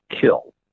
kill